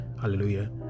Hallelujah